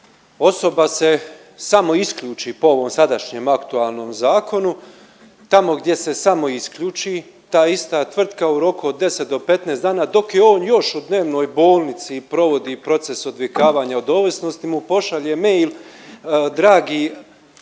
osoba se samo isključi po ovom sadašnjem aktualnom zakonu, tamo gdje se samo isključi ta ista tvrtka u roku od 10 do 15 dana dok je on još u dnevnoj bolnici i provodi proces odvikavanja od ovisnosti mu pošalje mail, dragi